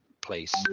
place